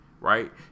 Right